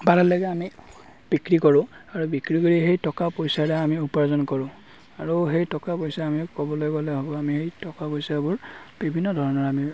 লেকে আনি বিক্ৰী কৰোঁ আৰু বিক্ৰী কৰি সেই টকা পইচাৰে আমি উপাৰ্জন কৰোঁ আৰু সেই টকা পইচা আমি ক'বলৈ গ'লে আমি সেই টকা পইচাবোৰ বিভিন্ন ধৰণৰ আমি